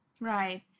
Right